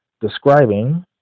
describing